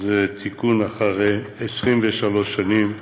זה תיקון אחרי 23 שנים;